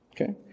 Okay